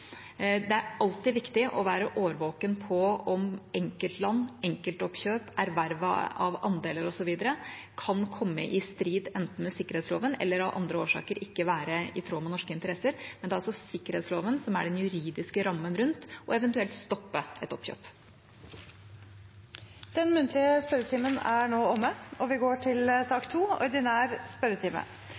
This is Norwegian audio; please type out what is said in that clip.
Det er alltid viktig å være årvåken om enkeltland, enkeltoppkjøp, erverv av andeler osv. kan komme i strid enten med sikkerhetsloven eller av andre årsaker ikke være i tråd med norske interesser, men det er altså sikkerhetsloven som er den juridiske rammen rundt, og som eventuelt kan stoppe et oppkjøp. Den muntlige spørretimen er da omme.